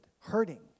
hurting